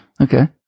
Okay